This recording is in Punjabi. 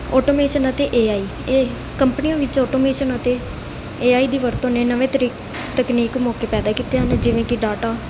ਆਟੋਮੇਸ਼ਨ ਅਤੇ ਏ ਆਈ ਇਹ ਕੰਪਨੀਆਂ ਵਿੱਚੋਂ ਆਟੋਮੇਸ਼ਨ ਅਤੇ ਏ ਆਈ ਦੀ ਵਰਤੋਂ ਨੇ ਨਵੇਂ ਤਰੀਕੇ ਤਕਨੀਕ ਮੌਕੇ ਪੈਦਾ ਕੀਤੇ ਹਨ ਜਿਵੇਂ ਕਿ ਡਾਟਾ